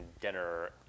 dinner